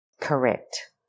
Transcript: Correct